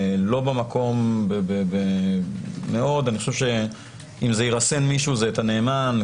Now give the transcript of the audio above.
אני חושב שאם זה ירסן מישהו זה את הנאמן על